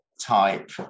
type